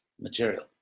material